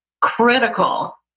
critical